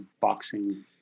Boxing